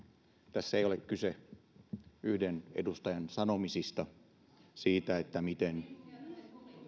tässä ei ole kyse yhden edustajan sanomisista siitä miten